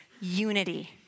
unity